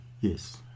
Yes